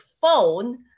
phone